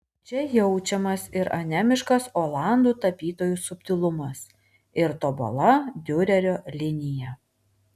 čia jaučiamas ir anemiškas olandų tapytojų subtilumas ir tobula diurerio linija